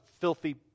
filthy